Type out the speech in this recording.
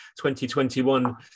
2021